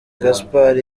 gaspard